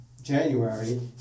January